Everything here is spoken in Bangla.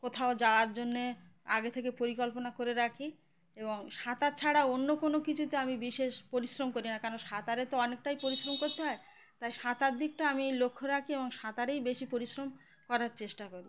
কোথাও যাওয়ার জন্যে আগে থেকে পরিকল্পনা করে রাখি এবং সাঁতার ছাড়া অন্য কোনো কিছুতে আমি বিশেষ পরিশ্রম করি না কারণ সাঁতারে তো অনেকটাই পরিশ্রম করতে হয় তাই সাঁতার দিকটা আমি লক্ষ্য রাখি এবং সাঁতারেই বেশি পরিশ্রম করার চেষ্টা করি